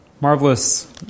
marvelous